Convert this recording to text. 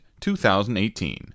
2018